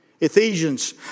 Ephesians